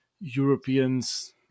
Europeans